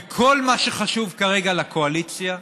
וכל מה שחשוב כרגע לקואליציה,